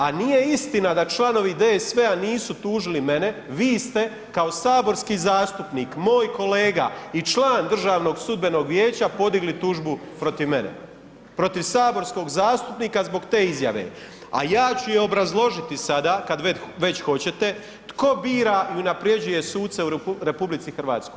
A nije istina da članovi DSV-a nisu tužili mene, vi ste kao saborski zastupnik, moj kolega i član DSV-a podigli tužbu protiv mene, protiv saborskog zastupnika zbog te izjave, a ja ću je obrazložiti sada kad već hoćete, tko bira i unapređuje suce u RH?